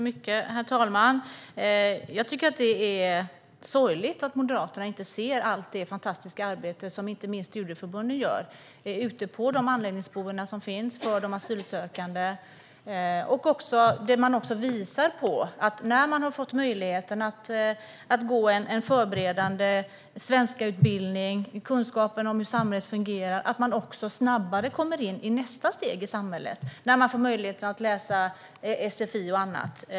Herr talman! Jag tycker att det är sorgligt att Moderaterna inte ser allt det fantastiska arbete som inte minst studieförbunden gör ute på de anläggningsboenden som finns för asylsökande. Man visar också att när det finns möjlighet att gå en förberedande utbildning i svenska och få kunskaper om hur samhället fungerar, då kommer man snabbare till nästa steg i samhället och får möjlighet att läsa sfi och annat.